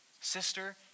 Sister